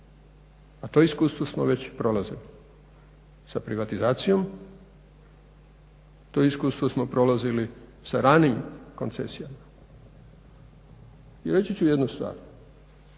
A to iskustvo smo već prolazili sa privatizacijom, to iskustvo smo prolazili sa ranijim koncesijama. I reći ću jednu stvar